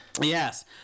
yes